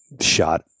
shot